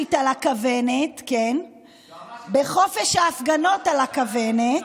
ביועמ"שית על הכוונת, בחופש ההפגנות על הכוונת,